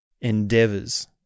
endeavors